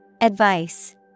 Advice